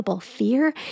Fear